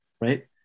right